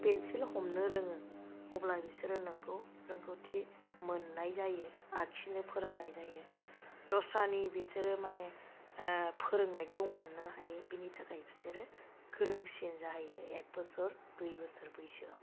pencil हमनो रोङो अब्ला बिसोरो नंगौ रोंगौथि मोननाय जायो आखिनो फोरोंनाय जायो दस्रानि बिसोरो माने फोरोंनायखौ मोननो हायो बिनि थाखाय बिसोरो गोरोंसिन जायो एक बोसोर दुइ बोसोर बैसोआव